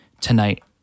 tonight